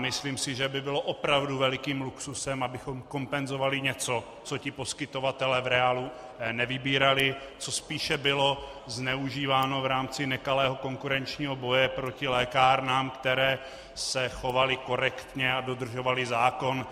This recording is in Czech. Myslím si, že by bylo opravdu velikým luxusem, abychom kompenzovali něco, co ti poskytovatelé v reálu nevybírali, co spíše bylo zneužíváno v rámci nekalého konkurenčního boje proti lékárnám, které se chovaly korektně a dodržovaly zákon.